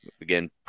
again